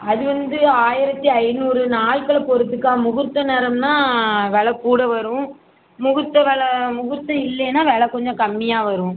அது வந்து ஆயரத்து ஐநூறு நாட்களை பொறுத்துக்கா முகூர்த்தம் நேரம்ன்னா வில கூட வரும் முகூர்த்தம் வில முகூர்த்தம் இல்லைனா வில கொஞ்சம் கம்மியாக வரும்